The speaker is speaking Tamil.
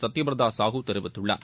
சத்யபிரத சாஹூ தெரிவித்துள்ளார்